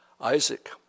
Isaac